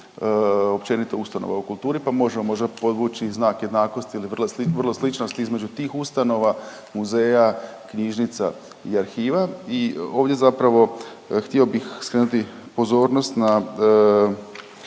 općenito ustanova u kulturi, pa možemo možda podvući i znak jednakosti jel je vrlo sl…, vrlo sličnost između tih ustanova, muzeja, knjižnica i arhiva i ovdje zapravo htio bih skrenuti pozornost na